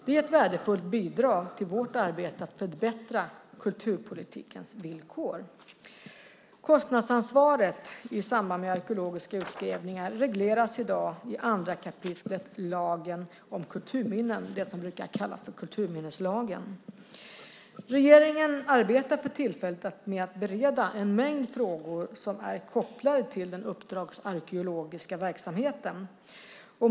Det är ett värdefullt bidrag till vårt arbete med att förbättra kulturpolitikens villkor. Kostnadsansvaret i samband med arkeologiska utgrävningar regleras i dag i 2 kap. lagen om kulturminnen, den vi brukar kalla för kulturminneslagen. Regeringen arbetar för tillfället med att bereda en mängd frågor som är kopplade till den uppdragsarkeologiska verksamheten.